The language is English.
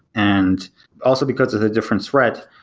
and also because of the different threat,